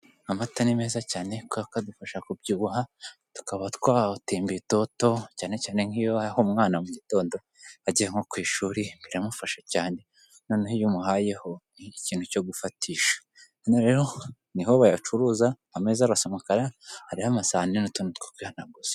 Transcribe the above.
Amata ni meza cyane, kabera ko adufasha kubyibuha, tukaba twatemba itoto cyane cyane nk'iyo uyabahaye umwana mu gitondo agiye nko ku ishuri biramufasha cyane, noneho iyo umuhayeho ikintu cyo gufatisha. Hano rero niho bayacuruza, ameza arasa umukara, hariho amasane, n'utuntu two kwihanaguza.